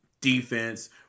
defense